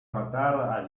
matar